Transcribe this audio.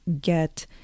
get